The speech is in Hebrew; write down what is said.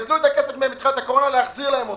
הכסף מהם בתחילת הקורונה, להחזיר להם אותו.